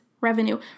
revenue